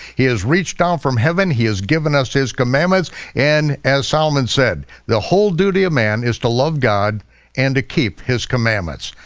he has reached down from heaven. he has given us his commandments and as solomon said, the whole duty of man is to love god and to keep his commandments.